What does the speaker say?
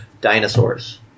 dinosaurs